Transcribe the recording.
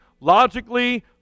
logically